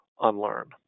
unlearn